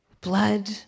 Blood